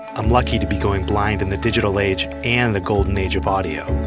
i'm lucky to be going blind in the digital age, and the golden age of audio.